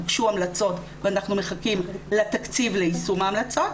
הוגשו המלצות ואנחנו מחכים לתקציב ליישום ההמלצות.